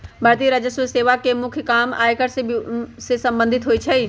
भारतीय राजस्व सेवा के मुख्य काम आयकर से संबंधित होइ छइ